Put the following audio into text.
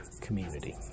community